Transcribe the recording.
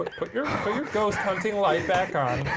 put your but your ghost hunting light back on.